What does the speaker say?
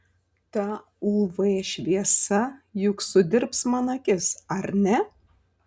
ta uv šviesa juk sudirbs man akis ar ne